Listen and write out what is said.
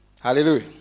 Hallelujah